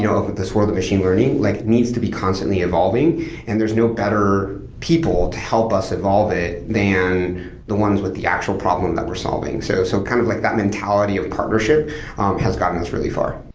of of this world of machine learning, like it needs to be constantly evolving and there's no better people to help us evolve it than the ones with the actual problem that we're solving. so so kind of like that mentality of partnership has gotten us really far